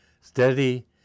steady